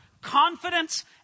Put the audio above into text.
Confidence